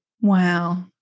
Wow